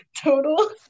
total